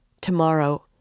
Tomorrow—